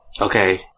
Okay